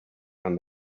and